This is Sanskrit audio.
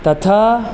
तथा